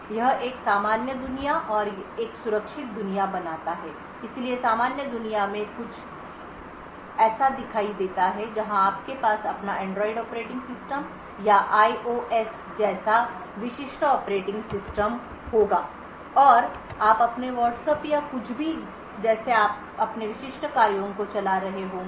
यह एक सामान्य दुनिया और एक सुरक्षित दुनिया बनाता है इसलिए सामान्य दुनिया में ऐसा कुछ दिखाई देता है जहां आपके पास अपना एंड्रॉइड ऑपरेटिंग सिस्टम या आईओएसIOS जैसा विशिष्ट ऑपरेटिंग सिस्टम होगा और आप अपने व्हाट्सएप या कुछ भी जैसे अपने विशिष्ट कार्यों को चला रहे होंगे